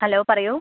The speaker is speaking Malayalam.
ഹലോ പറയൂ